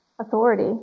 authority